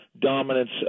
dominance